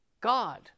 God